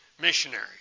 missionary